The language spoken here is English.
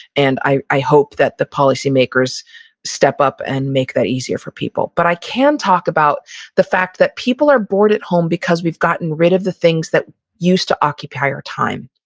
and i i hope that the policy makers step up and make that easier for people. but i can talk about the fact that people are bored at home because we've gotten rid of the things that used to occupy our time.